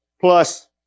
plus